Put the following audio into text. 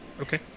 Okay